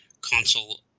console